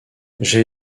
j’ai